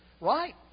Right